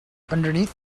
underneath